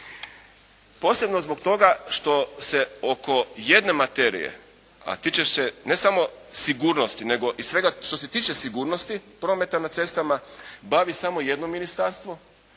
Posebno zbog toga što se oko jedne materije, a tiče se ne samo sigurnosti nego i svega što se tiče sigurnosti prometa na cestama bavi samo jedno ministarstvo